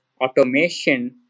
automation